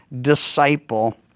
disciple